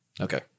okay